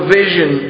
vision